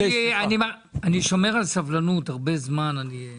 אני שומר על סבלנות הרבה זמן וזה